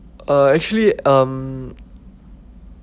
uh actually um